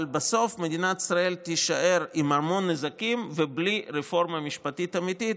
אבל בסוף מדינת ישראל תישאר עם המון נזקים ובלי רפורמה משפטית אמיתית,